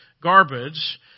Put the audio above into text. garbage